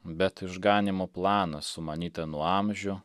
bet išganymo planą sumanytą nuo amžių